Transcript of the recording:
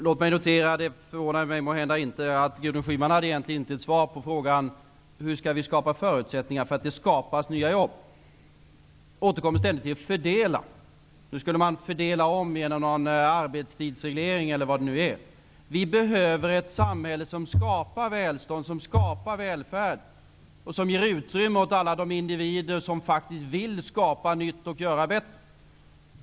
Fru talman! Det förvånar mig måhända inte att Gudrun Schyman inte hade ett svar på frågan om hur vi skall skapa förutsättningar för att skapa nya jobb. Hon återkommer ständigt till att vi skall fördela. Nu skulle vi fördela om genom en arbetstidsreglering, eller vad det nu var. Vi behöver ett samhälle som skapar välstånd och välfärd och som ger utrymme åt alla de individer som faktiskt vill skapa nytt och göra bättre.